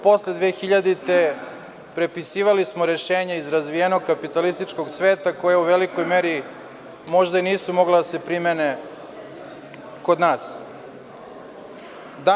Posle 2000. godine prepisivali smo rešenja iz razvijenog kapitalističkog sveta koja u velikoj meri možda i nisu mogla da se primene kod nas.